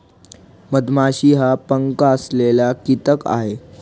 मधमाशी हा पंख असलेला कीटक आहे